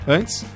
Antes